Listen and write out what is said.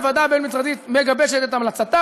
הוועדה הבין-משרדית מגבשת את המלצתה,